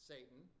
Satan